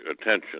attention